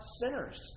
sinners